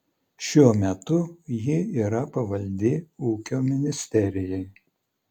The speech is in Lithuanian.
šiuo metu ji yra pavaldi ūkio ministerijai